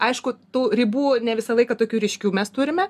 aišku tų ribų ne visą laiką tokių ryškių mes turime